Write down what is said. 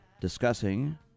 discussing